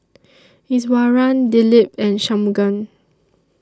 Iswaran Dilip and Shunmugam